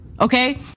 okay